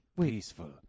Peaceful